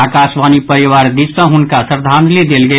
आकाशवाणी परिवार दिस सँ हुनक श्रद्धांजलि देल गेल